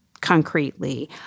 concretely